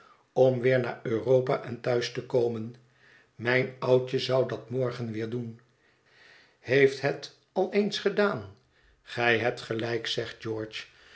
om weer naar europa en thuis te komen mijn oudje zou dat morgen weer doen heeft het al eens gedaan gij hebt gelijk zegt george